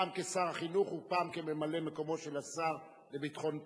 פעם כשר החינוך ופעם כממלא-מקומו של השר לביטחון פנים,